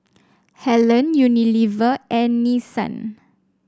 Helen Unilever and Nissan